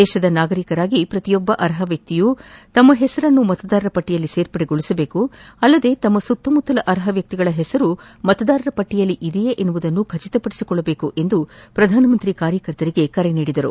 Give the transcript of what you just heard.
ದೇಶದ ನಾಗರಿಕರಾಗಿ ಪ್ರತಿಯೊಬ್ಬ ಅರ್ಹ ವ್ಚಿಯೂ ತನ್ನ ಹೆಸರನ್ನು ಮತದಾರರ ಪಟ್ಟಯಲ್ಲಿ ಸೇರ್ಪಡೆಗೊಳಿಸಬೇಕು ಅಲ್ಲದೆ ತಮ್ಮ ಸುತ್ತಮುತ್ತಲಿನ ಅರ್ಹ ವ್ಯಕ್ತಿಗಳ ಹೆಸರು ಮತದಾರರ ಪಟ್ಟಯಲ್ಲಿ ಇದೆ ಎಂಬುದನ್ನು ಖಚಿತಪಡಿಸಿಕೊಳ್ಳಬೇಕು ಎಂದು ಪ್ರಧಾನಿ ಕಾರ್ಯಕರ್ತರಿಗೆ ಕರೆ ನೀಡಿದರು